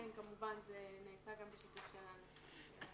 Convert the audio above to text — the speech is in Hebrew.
זה נעשה גם בשיתוף שלנו.